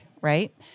right